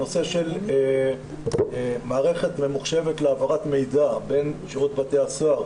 הנושא של מערכת ממוחשבת להעברת מידע בין שירות בתי הסוהר,